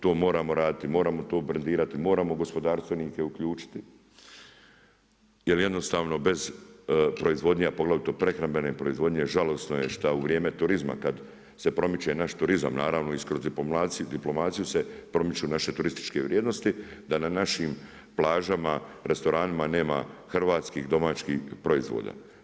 To moramo raditi, moramo to brendirati, moramo gospodarstvenike uključiti jer jednostavno bez proizvodnje, a poglavito prehrambene proizvodnje žalosno je šta u vrijeme turizma kad se promiče naš turizam naravno i kroz diplomaciju se promiču naše turističke vrijednosti, da na našim plažama, restoranima nema hrvatskih domaćih proizvoda.